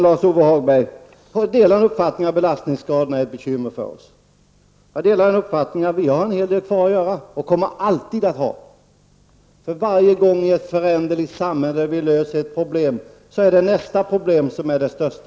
Jag delar uppfattningen att belastningsskadorna är ett bekymmer, Lars-Ove Hagberg. Det finns en hel del kvar att göra, och det kommer det alltid att finnas. Efter varje gång som man har löst ett problem i ett föränderligt samhälle, är det dags att ta itu med nästa problem, som då blir det största.